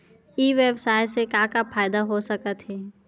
ई व्यवसाय से का का फ़ायदा हो सकत हे?